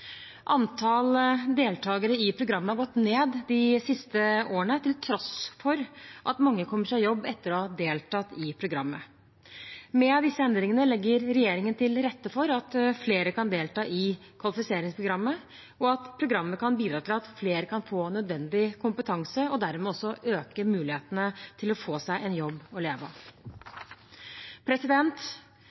Antall deltakere i programmet har gått ned de siste årene, til tross for at mange kommer seg i jobb etter å ha deltatt i programmet. Med disse endringene legger regjeringen til rette for at flere kan delta i kvalifiseringsprogrammet, og at programmet kan bidra til at flere kan få nødvendig kompetanse og dermed også øke mulighetene til å få seg en jobb å leve